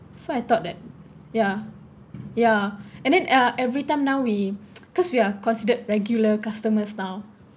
so I thought that ya ya and then uh every-time now we cause we are considered regular customers now